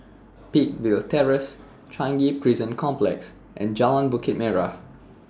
Peakville Terrace Changi Prison Complex and Jalan Bukit Merah